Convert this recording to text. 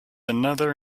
another